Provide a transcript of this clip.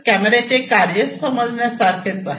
camera चे कार्य समजण्या सारखे आहे